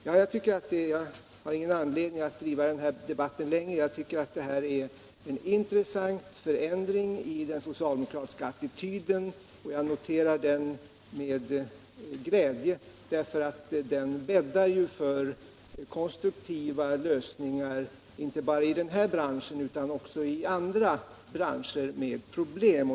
Jag har emellertid ingen anledning att driva den här debatten längre, utan jag konstaterar att det skett en intressant förändring i den socialdemokratiska attityden som jag noterar med glädje, eftersom den bäddar för konstruktivare lösningar inte bara i den här branschen utan också i andra branscher med problem.